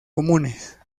comunes